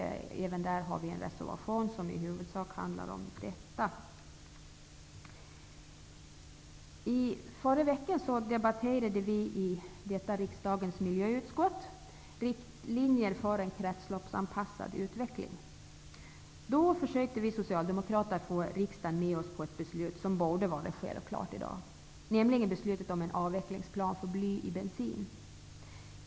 Även där har vi avgett en reservation, som i huvudsak handlar om denna försurning. I förra veckan debatterade vi i denna riksdags miljöutskott riktlinjer för en kretsloppsanpassad utveckling. Då försökte vi socialdemokrater att få riksdagen att gå med på ett beslut som borde vara självklart i dag, nämligen beslutet om en avvecklingsplan för bly i bensin.